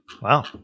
Wow